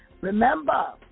Remember